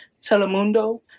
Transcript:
Telemundo